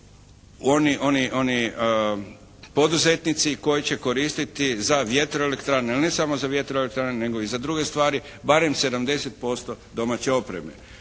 oni poduzetnici koji će koristiti za vjetroelektrane, ali ne samo za vjetroelektrane nego i za druge stvari, barem 70% domaće opreme.